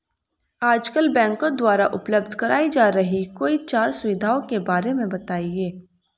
आजकल बैंकों द्वारा उपलब्ध कराई जा रही कोई चार सुविधाओं के बारे में बताइए?